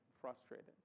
frustrated